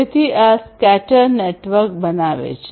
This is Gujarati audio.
તેથી આ સ્કેટર નેટ બનાવે છે